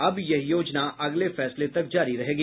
अब यह योजना अगले फैसले तक जारी रहेगी